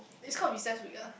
it's called recess week ah